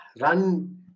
run